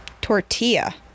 Tortilla